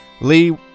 Lee